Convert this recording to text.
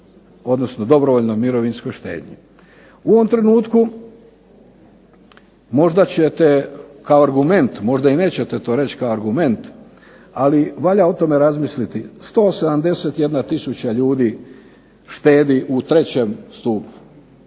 riječ o dobrovoljnoj mirovinskoj štednji. U ovom trenutku možda ćete kao argument, možda i nećete to reći kao argument, ali valja o tome razmisliti, 171 tisuća ljudi štedi u trećem stupu.